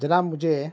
جناب مجھے